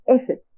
effort